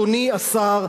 אדוני השר,